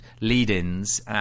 lead-ins